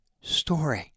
story